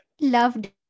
loved